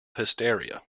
hysteria